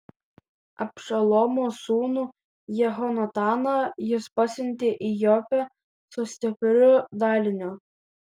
abšalomo sūnų jehonataną jis pasiuntė į jopę su stipriu daliniu